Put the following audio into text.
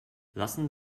lassen